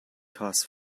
costs